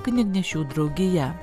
knygnešių draugija